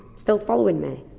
still following me?